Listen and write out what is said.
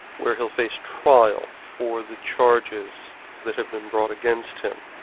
where he'll face trial for the charges that have been brought against him.